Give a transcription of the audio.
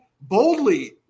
boldly